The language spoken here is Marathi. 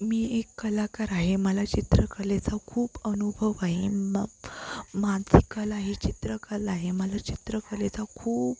मी एक कलाकार आहे मला चित्रकलेचा खूप अनुभव आहे म माझी कला ही चित्रकला आहे मला चित्रकलेचा खूप